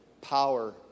power